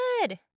good